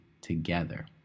together